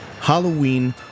Halloween